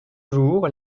jours